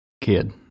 Kid